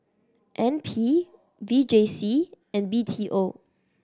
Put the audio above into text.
N P V J C and B T O